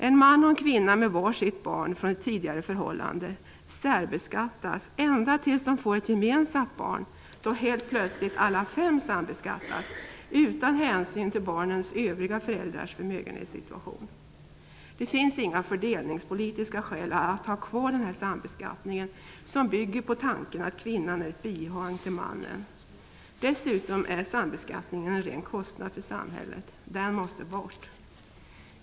En man och en kvinna med var sitt barn från ett tidigare förhållande särbeskattas ända tills de får ett gemensamt barn då helt plötsligt alla fem sambeskattas utan hänsyn till barnens övriga föräldrars förmögenhetssituation. Det finns inga fördelningspolitiska skäl att ha kvar denna sambeskattning som bygger på tanken att kvinnan är ett bihang till mannen. Dessutom är sambeskattningen en ren kostnad för samhället. Den måste bort!